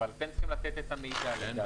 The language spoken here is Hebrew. אבל אתם צריכים לתת את המידע לדעתי.